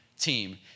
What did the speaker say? team